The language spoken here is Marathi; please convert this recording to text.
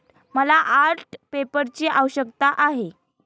मला आर्ट पेपरची आवश्यकता आहे